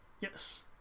Yes